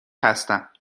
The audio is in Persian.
هستم